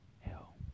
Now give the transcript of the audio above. Hell